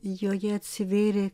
joje atsivėrė